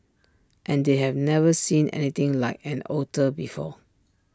and they've never seen anything like an otter before